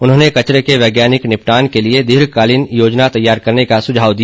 उन्होंने कचरे के वैज्ञानिक निपटान के लिये दीर्घकालीन योजना तैयार करने का सुझाव दिया